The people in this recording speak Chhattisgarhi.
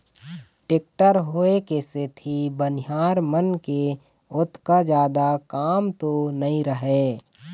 टेक्टर होय के सेती बनिहार मन के ओतका जादा काम तो नइ रहय